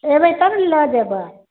एबै तब ने लऽ जेबह